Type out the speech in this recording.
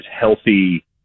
healthy